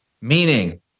meaning